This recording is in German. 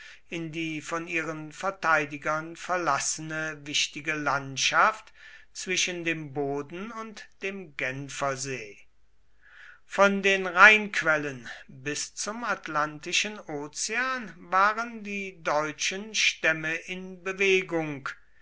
in die von ihren verteidigern verlassene wichtige landschaft zwischen dem boden und dem genfersee von den rheinquellen bis zum atlantischen ozean waren die deutschen stämme in bewegung